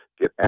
get